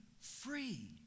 free